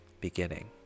beginning